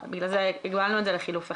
בגלל זה הגבלנו את זה לחילוף אחד.